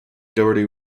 doherty